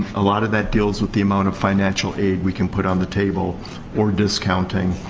a lot of that deals with the amount of financial aid we can put on the table or discounting